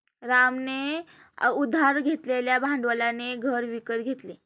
रामने उधार घेतलेल्या भांडवलाने घर विकत घेतले